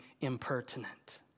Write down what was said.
impertinent